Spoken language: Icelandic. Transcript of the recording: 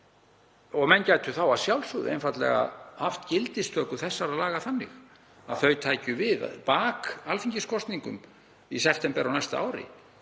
Menn gætu að sjálfsögðu einfaldlega haft gildistöku þessara laga þannig að þau tækju við bak alþingiskosningum í september á næsta ári